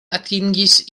atingis